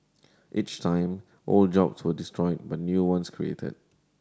each time old jobs were destroyed but new ones created